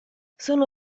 sono